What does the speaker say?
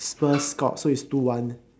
spurs scored so is two one